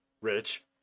Rich